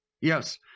Yes